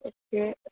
okay